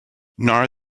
nara